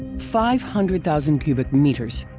five hundred thousand cubic meters!